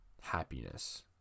happiness